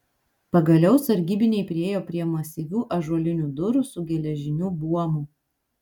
pagaliau sargybiniai priėjo prie masyvių ąžuolinių durų su geležiniu buomu